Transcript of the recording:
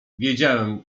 wiedziałem